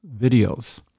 videos